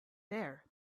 there